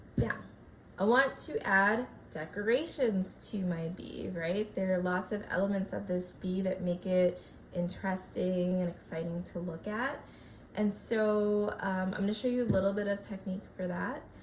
yeah i want to add decorations to my b, right? there are lots of elements of this b that make it interesting and exciting to look at and so i'm going to show you a little bit of technique for that.